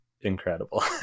Incredible